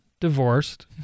divorced